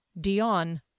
Dion